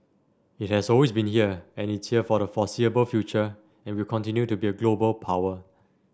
it has always been here and it's here for the foreseeable future and will continue to be a global power